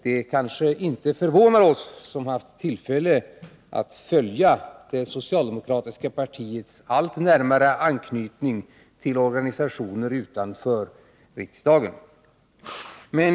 Det kanske inte förvånar oss som haft tillfälle att följa det socialdemokratiska partiets allt närmare anknytning till organisationer utanför riksdagen.